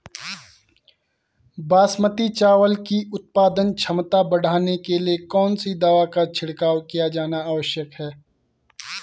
बासमती चावल की उत्पादन क्षमता बढ़ाने के लिए कौन सी दवा का छिड़काव किया जाना आवश्यक है?